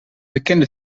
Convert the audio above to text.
bekende